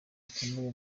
ikomeye